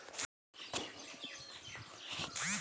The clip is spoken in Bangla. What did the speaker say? আক ধরণের উল হসে পশমিনা এবং মসৃণ কাশ্মেয়ার উল